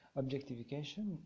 objectification